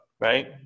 right